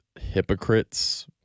hypocrites